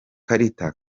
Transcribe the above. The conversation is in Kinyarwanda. karita